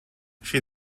she